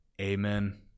Amen